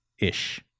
ish